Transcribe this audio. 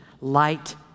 light